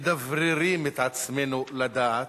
מדבררים את עצמנו לדעת.